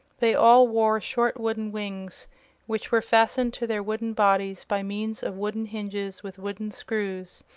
they all wore short wooden wings which were fastened to their wooden bodies by means of wooden hinges with wooden screws,